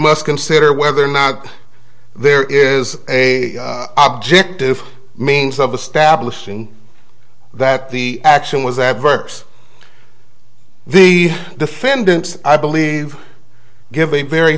must consider whether or not there is a object if means of establishing that the action was adverse the defendants i believe give a very